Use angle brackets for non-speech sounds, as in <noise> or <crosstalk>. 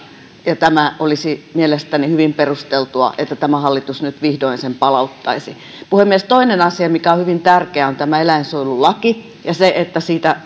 ja olisi mielestäni hyvin perusteltua että tämä hallitus nyt vihdoin sen palauttaisi puhemies toinen asia mikä on hyvin tärkeä on eläinsuojelulaki ja se että siitä <unintelligible>